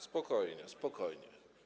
Spokojnie, spokojnie.